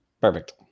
perfect